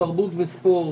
תרבות וספורט,